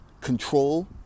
control